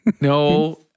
No